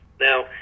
Now